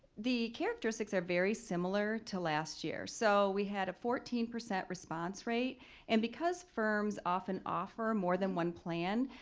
the characteristics are very similar to last year so we had a fourteen percent response rate and because firms often offer more than one plan,